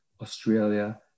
Australia